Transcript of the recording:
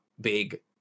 big